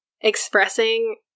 expressing